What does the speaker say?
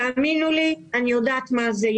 תאמינו לי, אני יודעת מה זה.